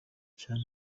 cyane